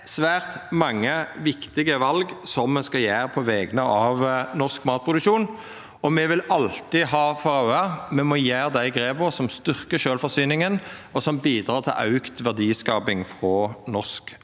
Det er svært mange viktige val me skal gjera på vegner av norsk matproduksjon. Me vil alltid ha for auget at me må gjera dei grepa som styrkjer sjølvforsyninga, og som bidrar til auka verdiskaping frå norsk